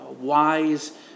wise